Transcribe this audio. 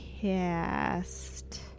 cast